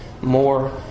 more